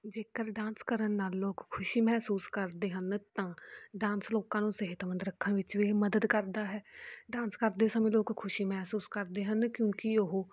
ਜੇਕਰ ਡਾਂਸ ਕਰਨ ਨਾਲ ਲੋਕ ਖੁਸ਼ੀ ਮਹਿਸੂਸ ਕਰਦੇ ਹਨ ਤਾਂ ਡਾਂਸ ਲੋਕਾਂ ਨੂੰ ਸਿਹਤਮੰਦ ਰੱਖਣ ਵਿੱਚ ਵੀ ਮਦਦ ਕਰਦਾ ਹੈ ਡਾਂਸ ਕਰਦੇ ਸਮੇਂ ਲੋਕ ਖੁਸ਼ੀ ਮਹਿਸੂਸ ਕਰਦੇ ਹਨ ਕਿਉਂਕਿ ਉਹ